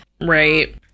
Right